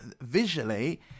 Visually